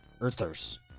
Earthers